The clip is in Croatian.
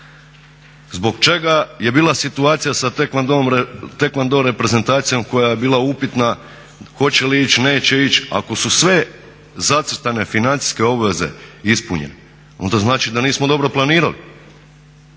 Zbog čega je bila situacija sa taekwondoom reprezentacijom koja je bila upitna hoće li ići, neće ići? Ako su sve zacrtane financijske obveze ispunjene onda znači da nismo dobro planirali.